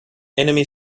enemy